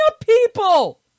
people